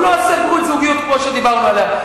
הוא לא עושה ברית זוגיות כמו שדיברנו עליה.